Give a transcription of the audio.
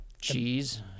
cheese